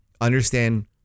understand